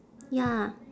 ya